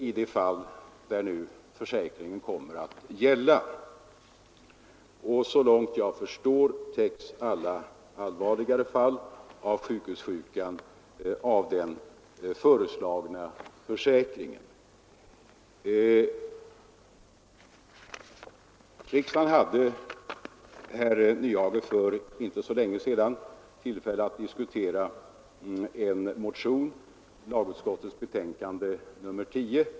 Så långt jag förstår täcks alla allvarligare fall av sjukhussjukan in under den föreslagna försäkringen. Riksdagen hade, herr Nyhage, för inte länge sedan tillfälle att diskutera en motion, redovisad i lagutskottets betänkande nr 10.